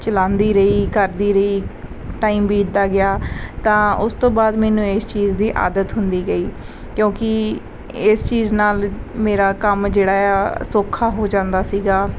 ਚਲਾਉਂਦੀ ਰਹੀ ਕਰਦੀ ਰਹੀ ਟਾਈਮ ਬੀਤਦਾ ਗਿਆ ਤਾਂ ਉਸ ਤੋਂ ਬਾਅਦ ਮੈਨੂੰ ਇਸ ਚੀਜ਼ ਦੀ ਆਦਤ ਹੁੰਦੀ ਗਈ ਕਿਉਂਕਿ ਇਸ ਚੀਜ਼ ਨਾਲ ਮੇਰਾ ਕੰਮ ਜਿਹੜਾ ਆ ਸੌਖਾ ਹੋ ਜਾਂਦਾ ਸੀਗਾ